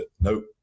Nope